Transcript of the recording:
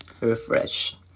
Refresh